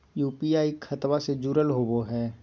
UPI खतबा से जुरल होवे हय?